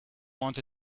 want